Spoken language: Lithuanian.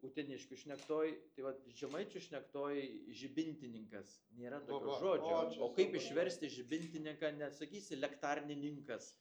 uteniškių šnektoj tai vat žemaičių šnektoj žibintininkas nėra tokio žodžio o kaip išversti žibintininką nesakysi lektarnininkas